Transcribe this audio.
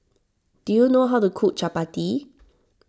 do you know how to cook Chapati